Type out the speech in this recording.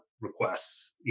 requests